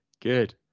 Good